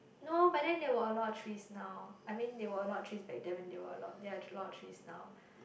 no but then there were a lot trees now I mean there were a lot of trees back then when they were a lot they are a lot trees now